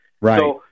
Right